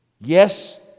Yes